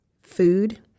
food